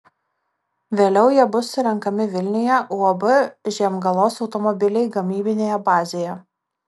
vėliau jie bus surenkami vilniuje uab žiemgalos automobiliai gamybinėje bazėje